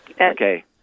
Okay